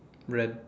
red